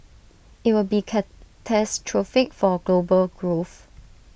IT would be catastrophic for global growth